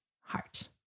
heart